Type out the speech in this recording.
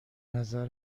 نظر